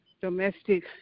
domestic